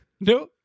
no